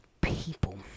people